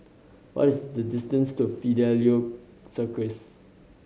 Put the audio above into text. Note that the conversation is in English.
what is the distance to Fidelio Circus